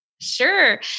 Sure